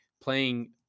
playing